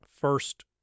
first